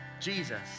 Jesus